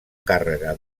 càrrega